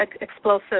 Explosive